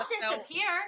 disappear